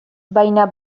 baina